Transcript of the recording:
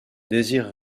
désire